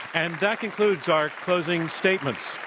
and that concludes our closing statements.